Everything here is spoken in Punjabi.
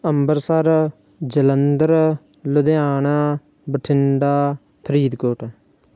ਅੰਮ੍ਰਿਤਸਰ ਜਲੰਧਰ ਲੁਧਿਆਣਾ ਬਠਿੰਡਾ ਫਰੀਦਕੋਟ